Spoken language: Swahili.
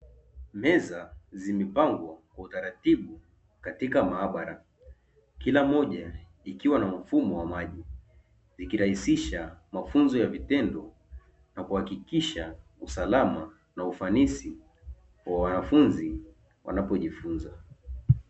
Meza zimepangwa kwa utaratibu katika maabara, kila moja ikiwa na mfumo wa maji ikirahisisha mafunzo ya vitendo, na kuhakikisha usalama na ufanisi wa wanafunzi wanapojifunza.